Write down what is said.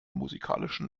musikalischen